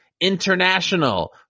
international